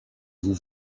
vous